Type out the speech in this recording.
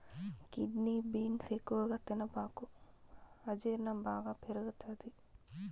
kidney beans ఎక్కువగా తినబాకు అజీర్ణం బాగా పెరుగుతది